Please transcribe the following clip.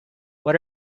what